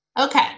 Okay